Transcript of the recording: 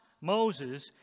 Moses